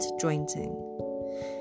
jointing